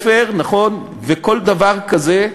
ובבית-ספר, נכון, וכל דבר כזה,